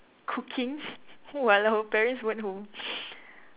cooking while our parents weren't home